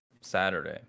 Saturday